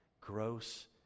gross